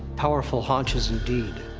powerful haunches indeed.